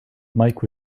mike